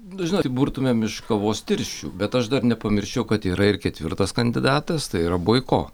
žinot burtumėm iš kavos tirščių bet aš dar nepamirščiau kad yra ir ketvirtas kandidatas tai yra boiko